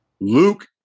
Luke